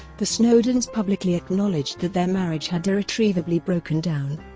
the snowdons publicly acknowledged that their marriage had irretrievably broken down.